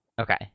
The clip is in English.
Okay